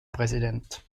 präsident